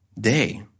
day